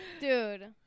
dude